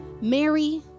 Mary